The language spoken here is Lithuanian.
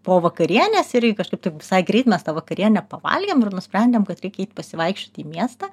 po vakarienės irgi kažkaip tai visai greit mes tą vakarienę pavalgėm ir nusprendėm kad reikia eit pasivaikščioti į miestą